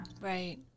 right